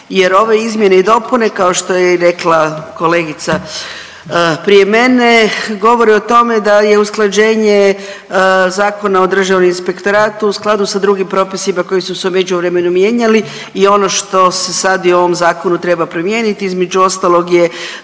jer ove izmjene i dopune kao što je i rekla kolegica prije mene govore o tome da je usklađenje Zakona o državnom inspektoratu u skladu sa drugim propisima koji su se u međuvremenu mijenjali i ono što se sad i u ovom zakonu treba promijeniti. Između ostalog je